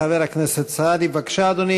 חבר הכנסת סעדי, בבקשה, אדוני.